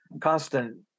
constant